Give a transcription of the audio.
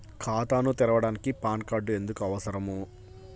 ఖాతాను తెరవడానికి PAN card ఎందుకు అవసరము?